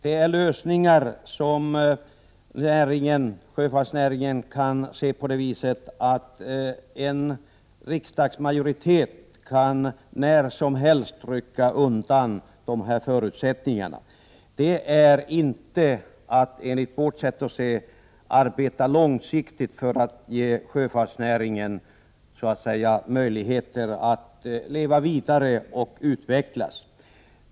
Det är lösningar som sjöfartsnäringen kan se på det viset att en riksdagsmajoritet när som helst kan rycka undan förutsättningarna. Det är enligt vårt sätt att se inte att arbeta långsiktigt för att så att säga ge sjöfartsnäringen möjligheter att leva vidare och utvecklas.